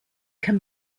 can